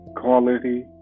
quality